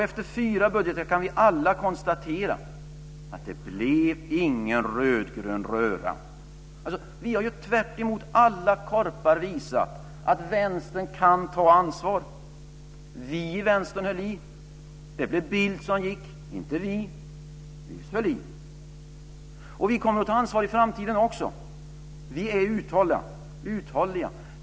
Efter fyra budgetar kan vi alla konstatera att det inte blev någon rödgrön röra. Vi har tvärtemot alla olyckskorpar visat att Vänstern kan ta ansvar. Vi i Vänstern höll i. Det blev Bildt som gick; inte vi. Vi står bi. Och vi kommer att ta ansvar i framtiden också. Vi är uthålliga.